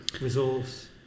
resource